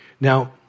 Now